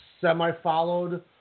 semi-followed